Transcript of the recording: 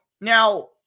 Now